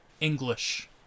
English